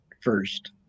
first